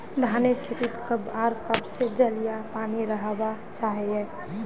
धानेर खेतीत कब आर कब से जल या पानी रहबा चही?